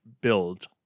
build